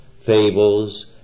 fables